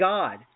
God